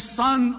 son